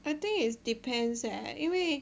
I think is depends eh 因为